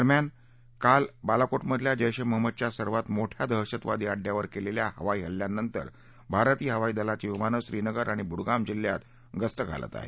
दरम्यान काल बालाकोटमधल्या जैश ए महम्मदच्या सर्वात मोठ्या दहशतवादी अङ्ड्यांवर केलेल्या हवाई हल्ल्यानंतर भारतीय हवाई दलाची विमानं श्रीनगर आणि बडगाम जिल्ह्यात गस्त घालत आहेत